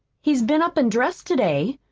he's been up an' dressed to-day,